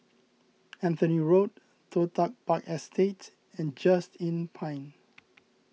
Anthony Road Toh Tuck Park Estate and Just Inn Pine